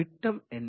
விட்டம் என்ன